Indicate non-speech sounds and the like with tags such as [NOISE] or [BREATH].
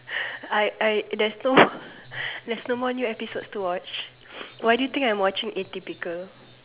I I there's no [BREATH] there's no more new episodes to watch why do you think I'm watching atypical